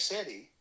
City